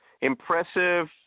Impressive